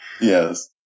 yes